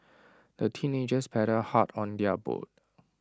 the teenagers paddled hard on their boat